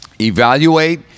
Evaluate